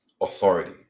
authority